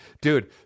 Dude